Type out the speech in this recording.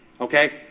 Okay